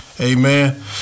Amen